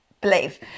believe